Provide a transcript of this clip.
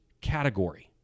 category